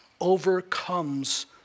overcomes